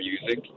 music